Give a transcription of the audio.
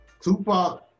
Tupac